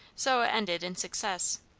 so it ended in success.